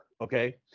Okay